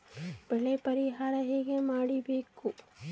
ಬೆಳೆ ಪರಿಹಾರ ಹೇಗೆ ಪಡಿಬೇಕು?